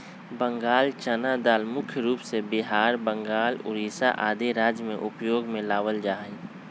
बंगाल चना दाल मुख्य रूप से बिहार, बंगाल, उड़ीसा आदि राज्य में उपयोग में लावल जा हई